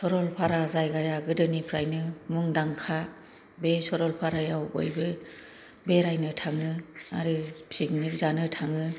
सरलफारा जायगाया गोदोनिफ्रायनो मुंदांखा बे सरलफारायाव बयबो बेरायनो थाङो आरो पिकनिक जानो थाङो